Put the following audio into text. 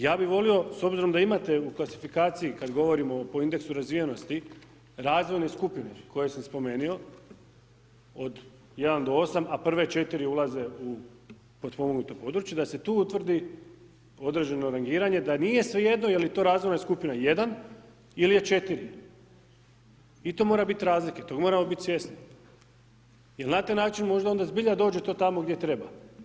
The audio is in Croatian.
Ja bih volio, s obzirom da imate u klasifikaciji kad govorimo po indeksu razvijenosti razvojne skupine koje sam spomenuo, od 1 do 8, a prve 4 ulaze u potpomognuto područje, da se tu utvrdi određeno rangiranje da nije svejedno je li to razredna skupina 1 ili je 4 i tu mora biti razlike, tog moramo biti svjesni jer na taj način možda onda zbilja dođe to tamo gdje treba.